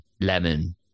lemon